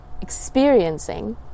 experiencing